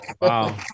Wow